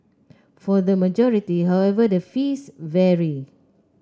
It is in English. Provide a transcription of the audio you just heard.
for the majority however the fees vary